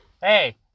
hey